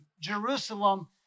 Jerusalem